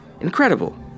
Incredible